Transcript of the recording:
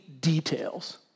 details